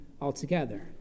altogether